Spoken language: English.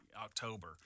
October